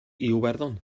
iwerddon